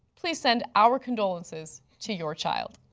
please send our condolences to your child.